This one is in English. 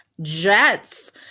Jets